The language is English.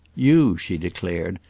you, she declared,